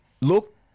look